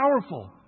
powerful